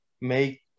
make